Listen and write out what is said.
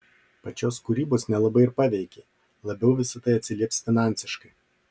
pačios kūrybos nelabai ir paveikė labiau visa tai atsilieps finansiškai